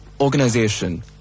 organization